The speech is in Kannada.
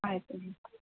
ಆಯಿತು ರೀ